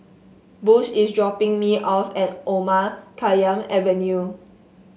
Bush is dropping me off at Omar Khayyam Avenue